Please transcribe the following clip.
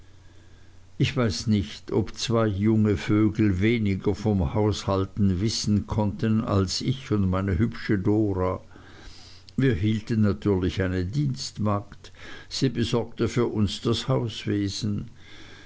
ich weiß nicht ob zwei junge vögel weniger vom haushalten wissen konnten als ich und meine hübsche dora wir hielten natürlich eine dienstmagd sie besorgte für uns das